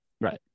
Right